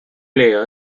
player